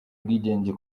ubwigenge